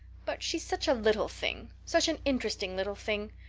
but she's such a little thing such an interesting little thing.